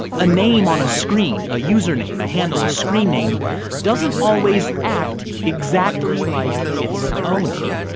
a name on a screen, a username, a handle, a screen name doesn't always act exactly like its owner.